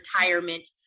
retirement